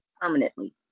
permanently